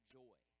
joy